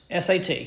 SAT